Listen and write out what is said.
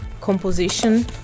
composition